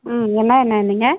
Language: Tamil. ம் என்ன எண்ணெய்னீங்க